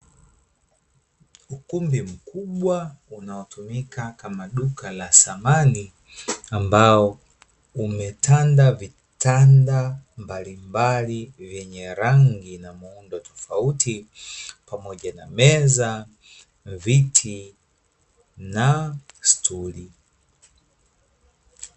Ukumbi mkubwa unaotumika kama duka la samani, ambao umetanda vitanda mbali mbali vyenye rangi na muundo tofauti, pamoja na meza, viti na stuli.